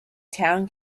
town